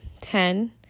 ten